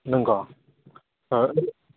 नोंगौ